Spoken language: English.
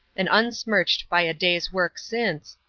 and unsmirched by a day's work since,